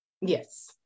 Yes